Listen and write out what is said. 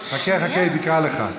חכה, חכה, היא תקרא לך.